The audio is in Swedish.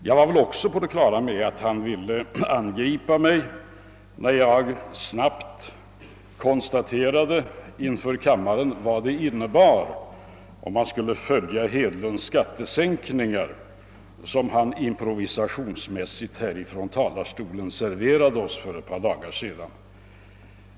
Jag var också på det 'klara med att han skulle attackera mig för att jag inför kammaren snabbt konstaterade vad det innebar om man skulle följa herr Hedlunds förslag om skattesänkningar, som han improvisationsmässigt serverade oss här ifrån talarstolen för ett par dagar sedan.